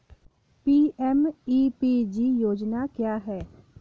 PMEPG योजना क्या है?